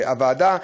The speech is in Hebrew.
הוועדה.